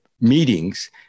meetings